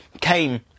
came